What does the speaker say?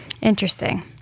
Interesting